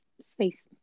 space